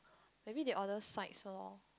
maybe they order sides loh